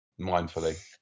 mindfully